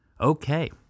Okay